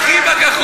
בחיבכ, אח'וי".